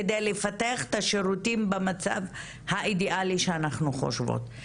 כדי לפתח את השירותים במצב האידיאלי שאנחנו חושבות,